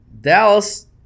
Dallas